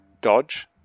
dodge